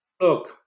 look